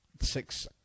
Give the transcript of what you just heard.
six